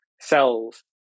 cells